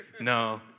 no